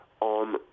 on